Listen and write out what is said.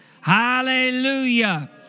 hallelujah